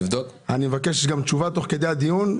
מבקש תשובה תוך כדי הדיון.